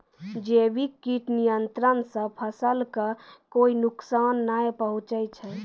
जैविक कीट नियंत्रण सॅ फसल कॅ कोय नुकसान नाय पहुँचै छै